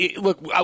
look